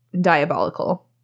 diabolical